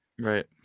Right